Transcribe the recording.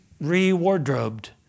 re-wardrobed